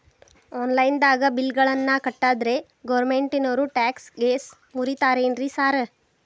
Online ದಾಗ bill ಗಳನ್ನಾ ಕಟ್ಟದ್ರೆ ಗೋರ್ಮೆಂಟಿನೋರ್ ಟ್ಯಾಕ್ಸ್ ಗೇಸ್ ಮುರೇತಾರೆನ್ರಿ ಸಾರ್?